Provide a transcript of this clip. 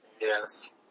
Yes